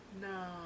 No